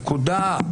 נקודה.